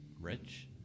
Rich